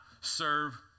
serve